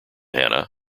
hannah